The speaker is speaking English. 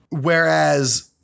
whereas